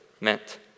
meant